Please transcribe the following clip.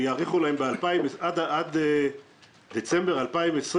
יאריכו להם עד דצמבר 2020,